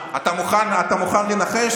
אתה מוכן לנחש?